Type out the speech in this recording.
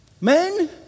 men